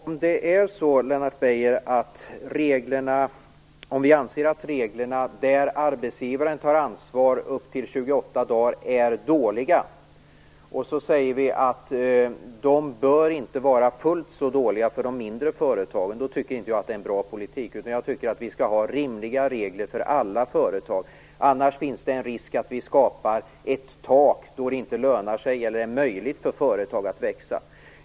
Fru talman! Om det är så, Lennart Beijer, att vi kan anse att reglerna för när arbetsgivaren tar ansvar upp till 28 dagar är dåliga och att reglerna inte bör vara fullt så dåliga för de mindre företagen, då är det ingen bra politik. Vi skall ha rimliga regler för alla företag. Annars finns det risk för att vi skapar ett tak där det inte lönar sig eller är möjligt för företag att växa.